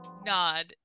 nod